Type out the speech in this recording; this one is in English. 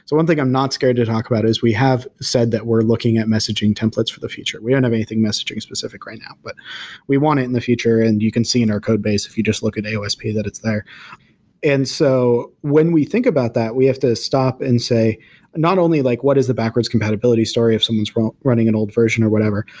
so one thing i'm not scared to talk about is we have said that we're looking at messaging templates for the future. we don't have anything messaging specific right now, but we want it in the future. and you can see in our code base if you just look at aosp that it's there and so when we think about that, we have to stop and say not only like what is the backwards compatibility story if someone's running running an old version, or whatever,